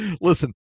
Listen